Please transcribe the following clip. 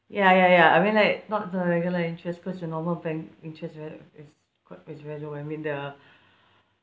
ya ya ya I mean like not the regular interest cause the normal bank interest right it's quite it's very low I mean the